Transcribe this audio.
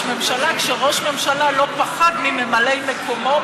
ממשלה כשראש הממשלה לא פחד מממלאי מקומו,